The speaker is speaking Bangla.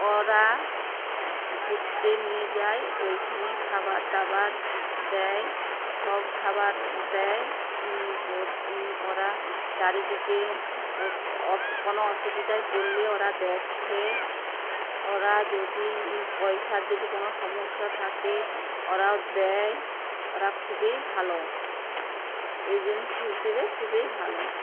ওরা ঘুরতে নিয়ে যায় ওইখানে খাবার দাবার দেয় সব খাবার দেয় ও ওরা চারিদিকে কোনো অসুবিধায় পড়লে ওরা দেখে ওরা যদি পয়সার যদি কোনো সমস্যা থাকে ওরা দেয় ওরা খুবই ভালো এজেন্সি হিসেবে খুবই ভালো